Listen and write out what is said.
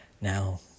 Now